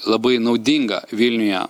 labai naudinga vilniuje